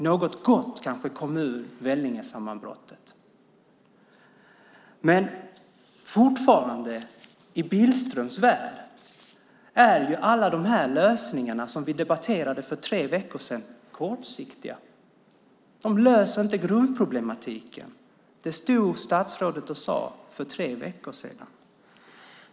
Något gott kanske kom ur Vellingesammanbrottet. Men i Billströms värld är fortfarande alla de här lösningarna, som vi debatterade för tre veckor sedan, kortsiktiga. De löser inte grundproblematiken. Det stod statsrådet och sade för tre veckor sedan.